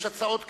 יש הצעות קדימה,